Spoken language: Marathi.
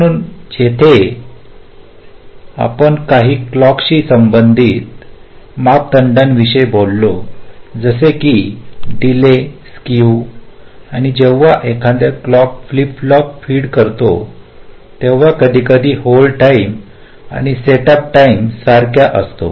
म्हणून जेथे आपण काही क्लॉकाशी संबंधित मापदंडांविषयी बोललो जसे की डीले स्केव आणि जेव्हा एखादा क्लॉक फ्लिप फ्लॉप फीड करतो तेव्हा कधीकधी होल्ड टाईम आणि सेटअप टाइम्स सारखा असतो